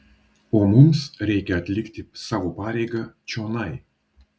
o mums reikia atlikti savo pareigą čionai